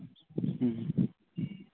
ᱦᱮᱸ